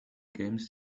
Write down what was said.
games